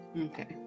Okay